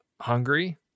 hungry